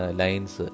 lines